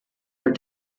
her